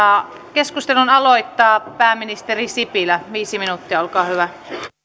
keskustelun aloittaa pääministeri sipilä viisi minuuttia olkaa hyvä